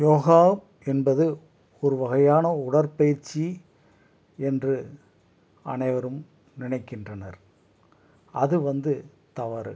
யோகா என்பது ஒரு வகையான உடற்பயிற்சி என்று அனைவரும் நினைக்கின்றனர் அது வந்து தவறு